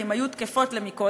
כי הן היו תקפות למקודם,